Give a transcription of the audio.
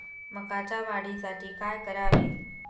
मकाच्या वाढीसाठी काय करावे?